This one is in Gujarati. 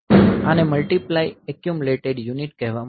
આને મલ્ટીપ્લાય એક્યુમલેટેડ યુનિટ કહેવામાં આવે છે